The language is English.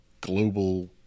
global